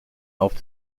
auf